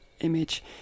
image